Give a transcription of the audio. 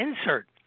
insert